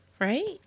Right